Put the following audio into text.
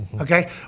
Okay